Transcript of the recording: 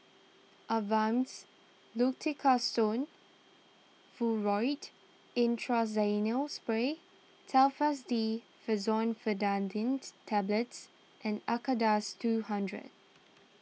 Avamys Fluticasone Furoate Intranasal Spray Telfast D Fexofenadines Tablets and Acardust two hundred